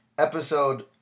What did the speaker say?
Episode